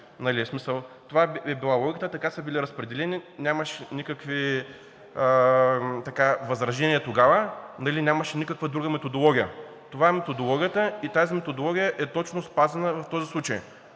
Това е била логиката, така са били разпределени и нямаше никакви възражения тогава, нямаше никаква друга методология. Това е методологията и тази методология е точно спазена в този случай.